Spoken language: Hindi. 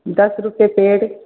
दस रूपये पेड़